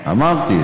אמרתי.